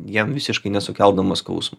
jam visiškai nesukeldamas skausmo